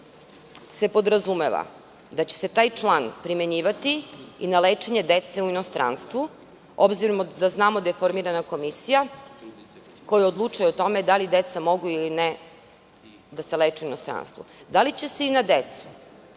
se podrazumeva da će se taj član primenjivati i na lečenje dece u inostranstvu, obzirom da znamo da je formirana komisija koja odlučuje o tome da li deca mogu ili ne da se leče u inostranstvu? Da li će se i na decu